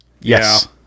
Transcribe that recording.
yes